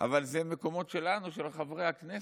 אבל אלה מקומות שלנו, של חברי הכנסת.